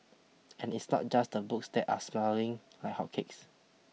and it's not just the books that are smelling like hotcakes